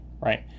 right